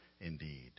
indeed